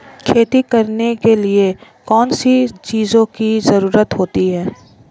खेती करने के लिए कौनसी चीज़ों की ज़रूरत होती हैं?